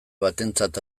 batentzat